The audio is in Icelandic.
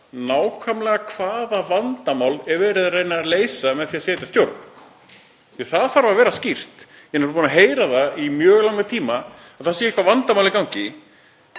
nákvæmlega hvaða vandamál er verið að reyna að leysa með því að setja stjórn, því það þarf að vera skýrt. Ég er nefnilega búinn að heyra í mjög langan tíma að það sé eitthvert vandamál í gangi,